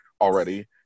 already